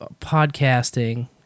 podcasting